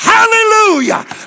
Hallelujah